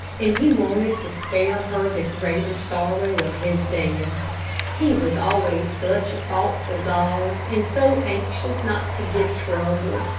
and he wanted to spare her the greater sorrow of his death. he was always such a thoughtful dog, and so anxious not to give trouble.